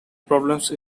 problems